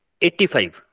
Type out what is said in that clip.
85